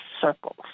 circles